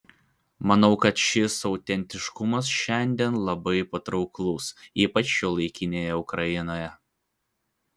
manau kad šis autentiškumas šiandien labai patrauklus ypač šiuolaikinėje ukrainoje